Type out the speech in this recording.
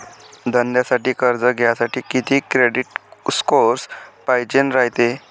धंद्यासाठी कर्ज घ्यासाठी कितीक क्रेडिट स्कोर पायजेन रायते?